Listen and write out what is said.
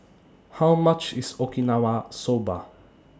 How much IS Okinawa Soba